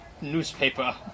newspaper